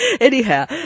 anyhow